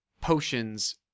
potions